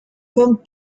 comme